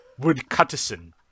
woodcutterson